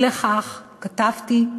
אי לכך כתבתי: